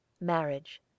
MARRIAGE